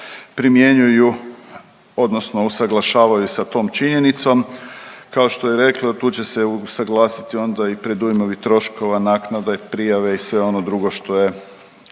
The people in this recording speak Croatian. primjenjuju odnosno usuglašavaju sa tom činjenicom. Kao što je rekla tu će se usuglasiti onda i predujmovi troškova, naknade, prijave i sve ono drugo što je